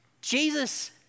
Jesus